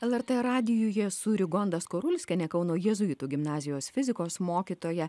lrt radijuje su rigonda skarulskiene kauno jėzuitų gimnazijos fizikos mokytoja